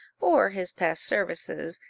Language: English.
or his past services,